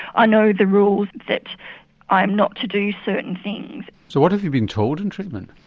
i know the rules that i'm not to do certain things. so what have you been told in treatment?